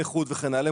הנכות וכן הלאה,